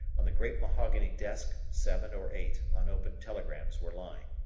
on the great mahogany desk seven or eight unopened telegrams were lying.